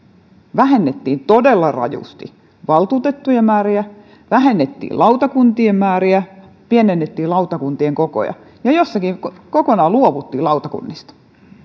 vähennettiin todella rajusti valtuutettujen määriä vähennettiin lautakuntien määriä pienennettiin lautakuntien kokoja ja jossakin kokonaan luovuttiin lautakunnista